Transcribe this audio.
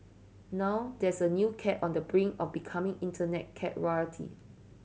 now there's a new cat on the brink of becoming Internet cat royalty